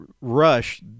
Rush